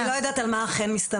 אני לא יודעת על מה ד"ר הניג מסתמכת,